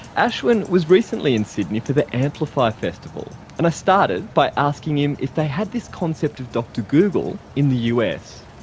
ashwin was recently in sydney for the amplify festival, and i started by asking him if they had this concept of dr google in the us.